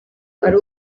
ari